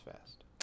fast